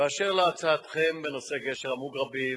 אשר להצעתכם בנושא גשר המוגרבים,